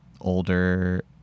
older